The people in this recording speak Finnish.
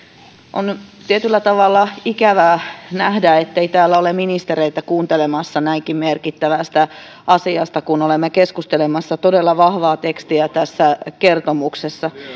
on tietyllä tavalla ikävää nähdä ettei täällä ole ministereitä kuuntelemassa kun näinkin merkittävästä asiasta olemme keskustelemassa todella vahvaa tekstiä tässä kertomuksessa